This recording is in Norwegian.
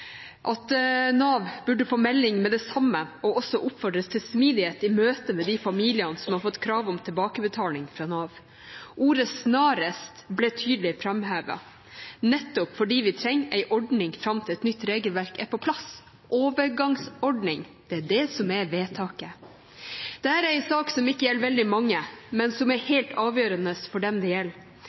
at Nav burde få melding med det samme og også oppfordres til smidighet i møte med de familiene som har fått krav om tilbakebetaling fra Nav. Ordet «snarest» ble tydelig framhevet, nettopp fordi vi trenger en ordning fram til et nytt regelverk er på plass, en overgangsordning. Det er det som er vedtaket. Dette er en sak som ikke gjelder veldig mange, men som er helt avgjørende for dem det gjelder.